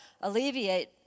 alleviate